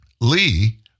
Lee